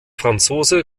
franzose